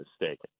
mistaken